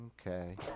Okay